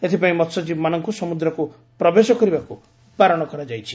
ଏଥ୍ପାଇଁ ମହ୍ୟଜୀବୀମାନଙ୍ଙୁ ସମୁଦ୍ରକୁ ପ୍ରବେଶ କରିବାକୁ ବାରଣ କରାଯାଇଛି